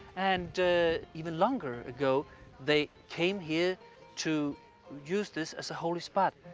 and even longer ago they came here to use this as a holy spot.